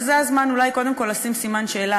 וזה הזמן אולי קודם כול לשים סימן שאלה